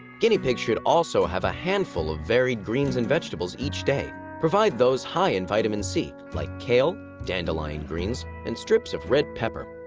guinea pigs should also have a handful of varied greens and vegetables each day. provide those high in vitamin c like kale, dandelion greens, and strips of red pepper.